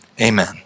amen